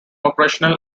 operational